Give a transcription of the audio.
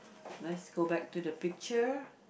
let's go back to the picture